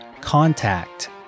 contact